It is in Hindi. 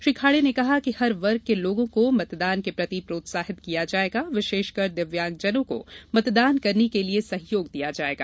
श्री खाडे ने कहा कि हर वर्ग के लोगों को मतदान के प्रति प्रोत्साहित किया जायेगा विशेषकर दिव्यागजनों को मतदान करने के लिये सहयोग दिया जायेगा